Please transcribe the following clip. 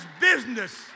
business